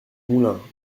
moulin